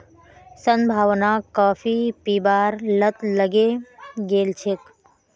संभावनाक काफी पीबार लत लगे गेल छेक